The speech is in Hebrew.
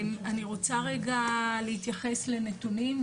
אני רוצה רגע להתייחס לנתונים,